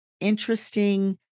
interesting